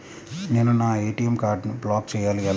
నేను నా ఏ.టీ.ఎం కార్డ్ను బ్లాక్ చేయాలి ఎలా?